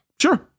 Sure